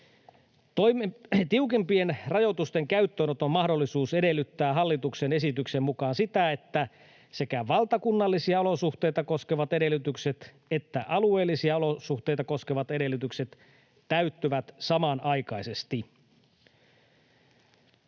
Tiukempien rajoitusten käyttöönoton mahdollisuus edellyttää hallituksen esityksen mukaan sitä, että sekä valtakunnallisia olosuhteita koskevat edellytykset että alueellisia olosuhteita koskevat edellytykset täyttyvät samanaikaisesti.